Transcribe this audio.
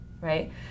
right